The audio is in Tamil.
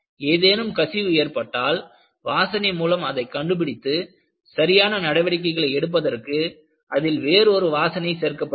ஏதேனும் கசிவு ஏற்பட்டால் வாசனை மூலம் அதை கண்டுபிடித்து சரியான நடவடிக்கைகளை எடுப்பதற்கு அதில் வேறொரு வாசனை சேர்க்கப்படுகிறது